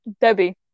Debbie